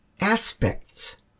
aspects